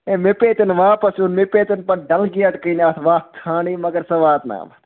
ہے مےٚ پیٚیہِ تَنہٕ واپَس یُن مےٚ پیٚیہِ تَنہٕ پَتہٕ ڈَل گیٹ کٔر نہٕ اَتھ وَتھ ژھانٕڈنٛۍ مگر ژٕ واتناوتھ